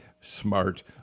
smart